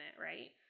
right